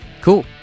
Cool